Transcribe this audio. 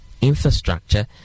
infrastructure